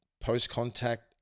post-contact